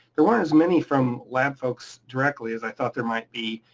there weren't as many from lab folks directly as i thought there might be,